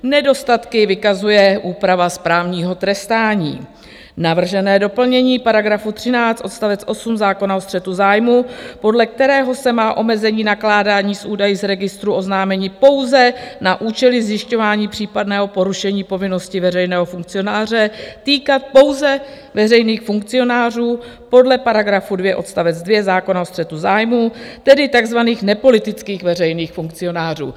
Nedostatky vykazuje úprava správního trestání, navržené doplnění § 13 odst. 8 zákona o střetu zájmů, podle kterého se má omezení nakládání s údaji z registru oznámení pouze na účely zjišťování případného porušení povinnosti veřejného funkcionáře týkat pouze veřejných funkcionářů podle § 2 odst. 2 zákona o střetu zájmů, tedy takzvaných nepolitických veřejných funkcionářů.